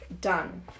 done